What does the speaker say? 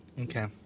Okay